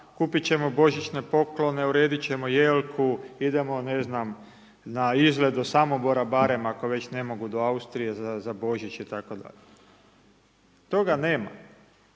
kupiti ćemo božićne poklone, urediti ćemo jelku, idemo, ne znam, na izlet do Samobora barem, ako već ne mogu do Austrije za Božić itd., toga nema.